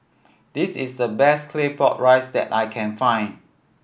this is the best Claypot Rice that I can find